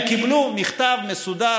הם קיבלו מכתב מסודר,